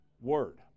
Word